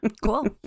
Cool